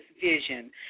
vision